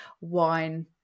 wine